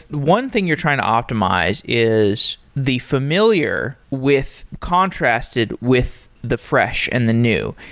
one thing you're trying to optimize is the familiar with contrasted with the fresh and the new.